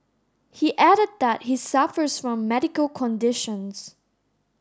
he added that he suffers from medical conditions